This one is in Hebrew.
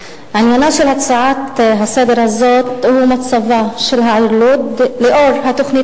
עניינה של ההצעה הזאת הוא מצבה של העיר לוד לנוכח התוכנית